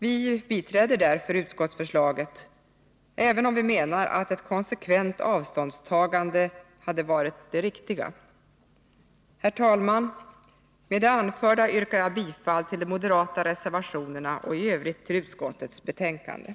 Vi biträder därför utskottets förslag, även om vi menar att ett konsekvent avståndstagande hade varit det riktiga. Herr talman! Med det anförda yrkar jag bifall till de moderata reservationerna och i övrigt till utskottets hemställan.